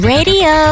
Radio